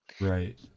Right